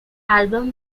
album